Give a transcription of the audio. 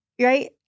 right